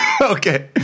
Okay